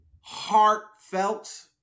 heartfelt